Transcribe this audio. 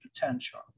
potential